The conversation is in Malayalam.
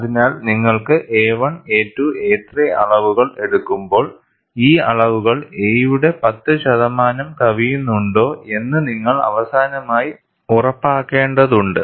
അതിനാൽ നിങ്ങൾ a1 a2 a3 അളവുകൾ എടുക്കുമ്പോൾ ഈ അളവുകൾ a യുടെ 10 ശതമാനം കവിയുന്നുണ്ടോ എന്ന് നിങ്ങൾ അവസാനമായി ഉറപ്പാക്കേണ്ടതുണ്ട്